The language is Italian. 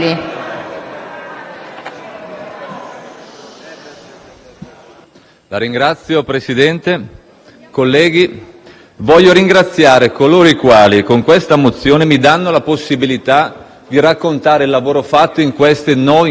trasporti*. Presidente, colleghi, voglio ringraziare coloro i quali con le mozioni in esame mi danno la possibilità di raccontare il lavoro fatto nei nove mesi di Governo.